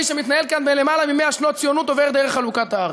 שמתנהל כאן למעלה מ-100 שנות ציוני עובר דרך חלוקת הארץ.